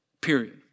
period